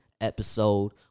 episode